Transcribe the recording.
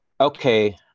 okay